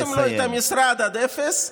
רוקנתם לו את המשרד עד אפס,